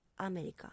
America